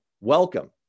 welcome